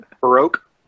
Baroque